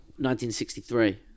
1963